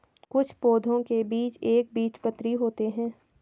कुछ पौधों के बीज एक बीजपत्री होते है